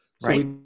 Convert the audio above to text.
Right